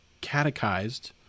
catechized